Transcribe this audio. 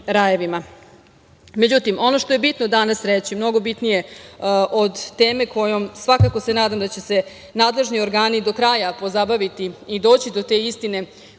rajevima.Međutim, ono što je bitno danas reći, mnogo bitnije od teme kojom, svakako se nadam da će se nadležni organi do kraja pozabaviti i doći do te istine